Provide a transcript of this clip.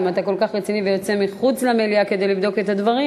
אם אתה כל כך רציני ויוצא מחוץ למליאה כדי לבדוק את הדברים,